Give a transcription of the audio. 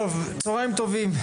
צהריים טובים.